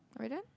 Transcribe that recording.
are we done